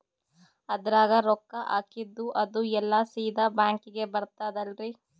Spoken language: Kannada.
ಅದ್ರಗ ರೊಕ್ಕ ಹಾಕಿದ್ದು ಅದು ಎಲ್ಲಾ ಸೀದಾ ಬ್ಯಾಂಕಿಗಿ ಬರ್ತದಲ್ರಿ?